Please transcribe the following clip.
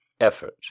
effort